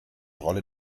rolle